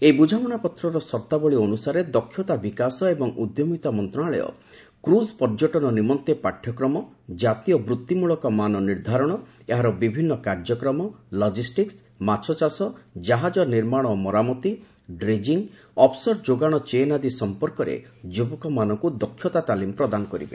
ଏହି ବୁଝାମଣାପତ୍ରର ସର୍ତ୍ତାବଳୀ ଅନୁସାରେ ଦକ୍ଷତା ବିକାଶ ଏବଂ ଉଦ୍ରମିତା ମନ୍ତ୍ରଣାଳୟ କ୍ରିଜ୍ ପର୍ଯ୍ୟଟନ ନିମନ୍ତେ ପାଠ୍ୟକ୍ରମ ଜାତୀୟ ବୂଭିମୂଳକ ମାନ ନିର୍ଦ୍ଧାରଣ ଏହାର ବିଭିନ୍ନ କାର୍ଯ୍ୟକ୍ରମ ଲକିଷ୍ଟିକ୍ସ ମାଛଚାଷ କାହାଜ ନିର୍ମାଣ ଓ ମରାମତି ଡ୍ରେଙ୍କିଂ ଅଫ୍ସୋର ଯୋଗାଣ ଚେନ୍ ଆଦି ସଂପର୍କରେ ଯୁବକମାନଙ୍କୁ ଦକ୍ଷତା ତାଲିମ ପ୍ରଦାନ କରିବେ